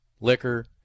liquor